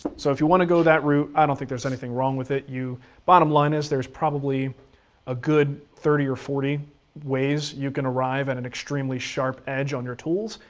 so if you want to go that route, i don't think there's anything wrong with it. bottom bottom line is there's probably a good thirty or forty ways you can arrive at an extremely sharp edge on your tools,